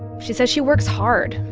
she says she works hard,